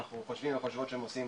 אנחנו חושבים וחושבות שהם עושים